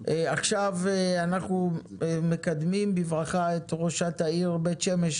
אנחנו מקדמים בברכה את ראשת העיר בית שמש,